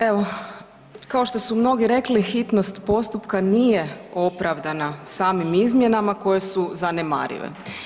Evo, kao što su mnogi rekli hitnost postupka nije opravdana samim izmjenama koje su zanemarive.